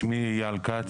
אייל כץ,